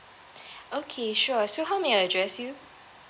okay sure so how may I address you